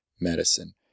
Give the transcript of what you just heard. medicine